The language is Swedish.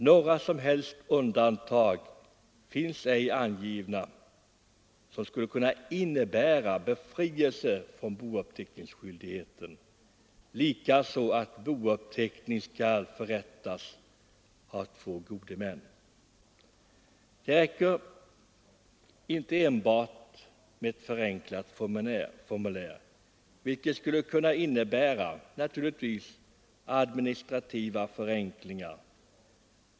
Några som helst undantag finns ej angivna som skulle innebära befrielse från bouppteckningsskyldigheten. Detsamma gäller det förhållandet att bouppteckning skall förrättas av två gode män. Det räcker inte enbart med ett förenklat formulär, vilket naturligtvis skulle kunna innebära administrativa förenklingar.